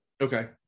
Okay